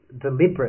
deliberate